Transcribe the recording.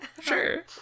sure